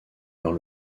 leurs